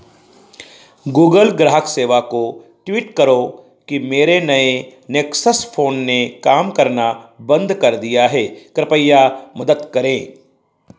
Google ग्राहक सेवा को ट्वीट करो कि मेरे नए नेक्सस फ़ोन ने काम करना बंद कर दिया है कृपया मदद करें